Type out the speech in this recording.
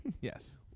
yes